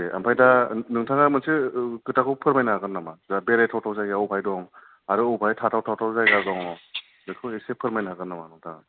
दे ओमफाय दा नोंथाङा मोनसे खोथाखौ फोमायनो हागोन नामा बेरायथाव थाव जायगाया अबावहाय दं अबावहाय थाथावहाय जायगा दङ बेखौ इसे फोरमायनो हागोन नामा